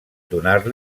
donar